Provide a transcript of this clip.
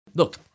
Look